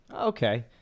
Okay